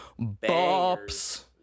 bops